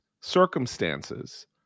circumstances